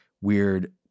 weird